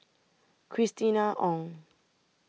Christina Ong